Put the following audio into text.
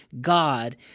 God